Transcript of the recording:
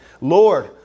Lord